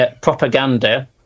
Propaganda